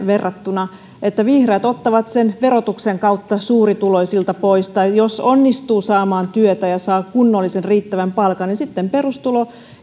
verrattuna että vihreät ottavat sen verotuksen kautta suurituloisilta pois tai jos onnistuu saamaan työtä ja saa kunnollisen riittävän palkan niin sitten perustulo